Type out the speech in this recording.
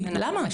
למה?